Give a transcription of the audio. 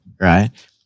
right